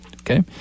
okay